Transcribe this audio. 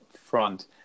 front